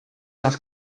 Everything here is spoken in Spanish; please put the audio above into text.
las